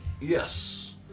Yes